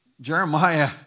Jeremiah